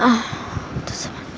اُردو زبان